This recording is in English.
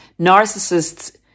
narcissists